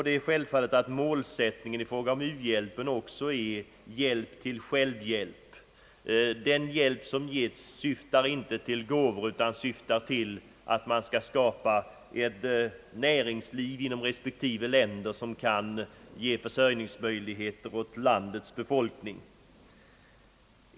Det är självfallet att målsättningen i fråga om uhjälpen också är hjälp till självhjälp. Den hjälp som ges syftar inte till gåvor, utan syftar till att man skall skapa ett näringsliv inom respektive länder som kan ge försörjningsmöjligheter åt landets befolkning.